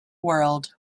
world